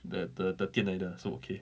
the the the 店来的 so okay